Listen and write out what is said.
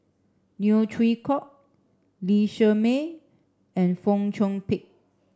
Neo Chwee Kok Lee Shermay and Fong Chong Pik